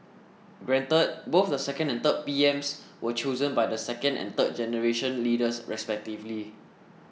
granted both the second and third PMs were chosen by the second and third generation leaders respectively